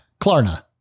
Klarna